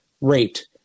rate